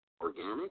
organic